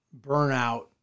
burnout